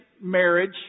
marriage